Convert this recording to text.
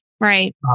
Right